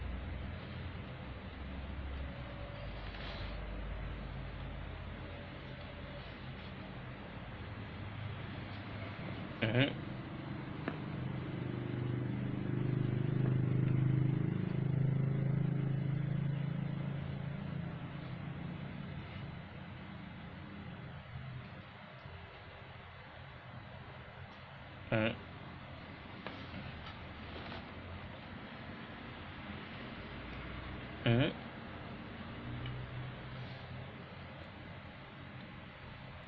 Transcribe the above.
mmhmm mmhmm mmhmm